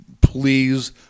please